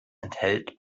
enthält